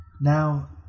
Now